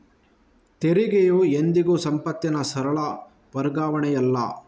ತೆರಿಗೆಯು ಎಂದಿಗೂ ಸಂಪತ್ತಿನ ಸರಳ ವರ್ಗಾವಣೆಯಲ್ಲ